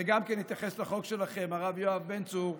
זה גם התייחס לחוק שלכם, הרב יואב בן צור,